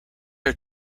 are